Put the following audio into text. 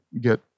get